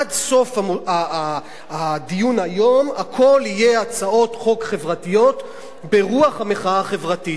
עד סוף הדיון היום הכול יהיה הצעות חוק חברתיות ברוח המחאה החברתית.